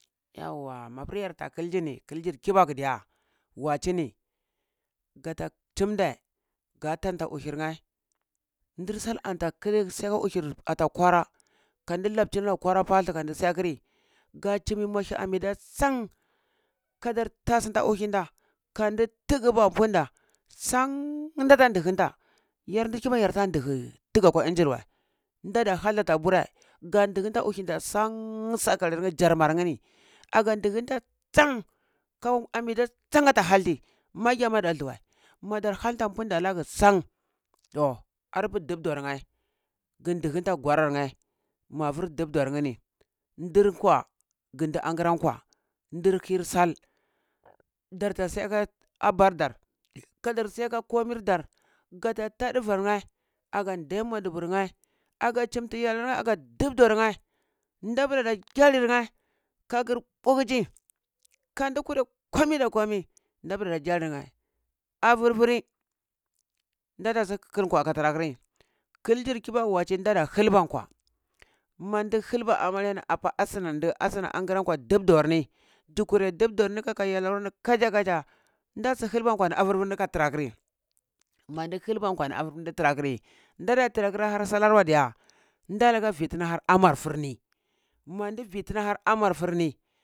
Yauwa mapur yarta kilgi ni kilgir kibaku di ya wachi ni gata tumndei ga tanta uhirnye dirsal anta siyaka uhir ata kwara kandi labcila kwara pathuu klandi siyakiri ga cimi muahi amida san kadar tasu uhinda kandu tigba apunda sam dita dhinta yar di kibaku yarta dlihe tiga kwa inji wei ndada hal ata burei gari dighinta uhinda sann sakarni jarmar ngni agan dighinta sann kau amida sann ata haldi magyamlada dluwi madar harda punda lag san toh arpu dubdor nye gin diginta goronye ma vur dubdornyeni, dirn kwa angiram kwa angira sal darta siyaka abahr dar kadar siyaka komiv dar gata tah divurnye aga dei maduburnye aga chinti yel nye aga dubdor nye dabur da gyabur nye kagir pubchi kan di kurei kamai da komai dabur la gyalirnye, avurvuri data siya kil kwa ka tira kiri kiljir kibaku wachi dadan khulban kwa mandi khilba amarya ni apa asna asna augran kwa dibdonni dikure dibdorni kaka yalni kachakacha da su khilba kwani avurvuri ka tira kiri, mandi khilba kwani avuvuri din tra kiri, data tira kir har sal wa diya, da lika vitini a har amar fur ni, mandi vi tini a har amar furni